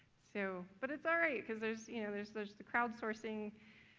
so, but it's alright because there's you know, there's there's the crowd sourcing